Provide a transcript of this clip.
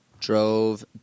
Drove